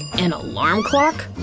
an alarm clock?